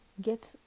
Get